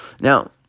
Now—